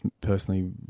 personally